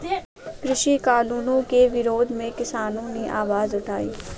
कृषि कानूनों के विरोध में किसानों ने आवाज उठाई